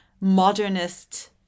modernist